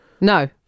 No